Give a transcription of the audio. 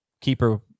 keeper